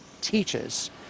teaches